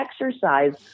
exercise